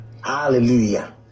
Hallelujah